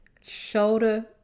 shoulder